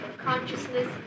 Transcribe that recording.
consciousness